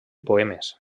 poemes